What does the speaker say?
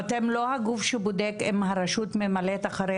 אתם לא הגוף שבודק אם הרשות ממלאת אחרי